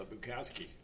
Bukowski